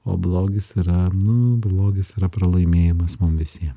o blogis yra nu blogis yra pralaimėjimas mum visiem